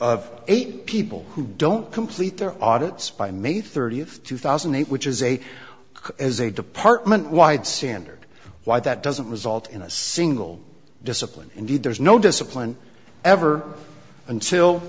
of eight people who don't complete their audits by may thirtieth two thousand and eight which is a as a department wide sander why that doesn't result in a single discipline indeed there's no discipline ever until